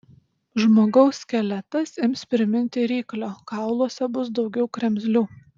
žmogaus skeletas ims priminti ryklio kauluose bus daugiau kremzlių